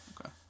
Okay